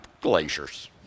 glaciers